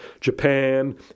Japan